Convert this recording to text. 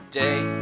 day